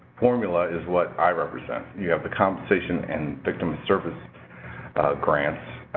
formula is what i represent. you have the compensation and victim service grants.